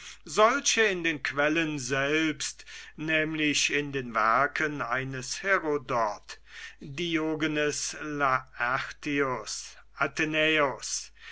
solche in den quellen selbst nämlich in den werken eines herodots diogenes